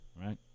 right